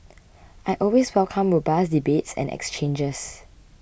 I always welcome robust debates and exchanges